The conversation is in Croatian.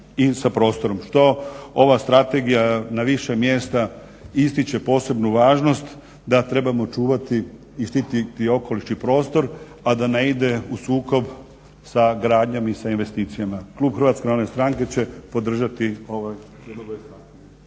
i sa prostorom, što ova strategija na više mjesta ističe posebnu važnost da trebamo čuvati i štititi okoliš i prostor, a da ne ide u sukob sa gradnjom i sa investicijama. Klub HNS-a će podržat